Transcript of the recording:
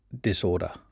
disorder